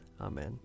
Amen